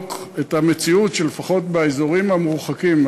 לבדוק את המציאות שלפחות באזורים המרוחקים,